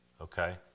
Okay